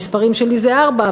במספרים שלי זה ארבע,